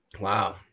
Wow